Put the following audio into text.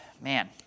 man